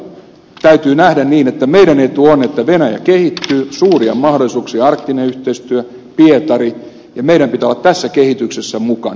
mutta täytyy nähdä niin että meidän etumme on että venäjä kehittyy suuria mahdollisuuksia ovat arktinen yhteistyö pietari ja meidän pitää olla tässä kehityksessä mukana